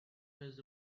his